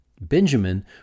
Benjamin